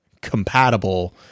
compatible